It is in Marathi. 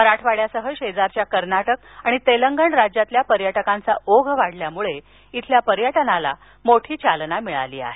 मराठवाङ्यासह शेजारच्या कर्नाटक आणि तेलंगणा राज्यातल्या पर्यटकांचा ओघ वाढल्यामुळे इथल्या पर्यटनाला मोठी चालना मिळाली आहे